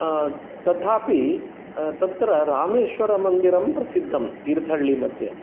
तथापि तत्र रामेश्वरमन्दिरं प्रसिद्धं तीर्थहल्लि मध्ये